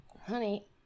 Honey